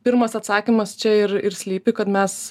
pirmas atsakymas čia ir ir slypi kad mes